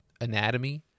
anatomy